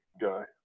guy